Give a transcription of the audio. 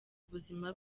ubuzima